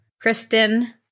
Kristen